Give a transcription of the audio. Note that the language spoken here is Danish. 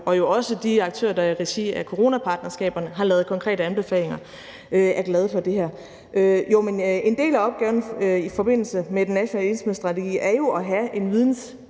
og jo også de aktører, der i regi af coronapartnerskaberne har lavet konkrete anbefalinger, er glade for det her. En del af opgaven i forbindelse med den nationale ensomhedsstrategi er jo at have en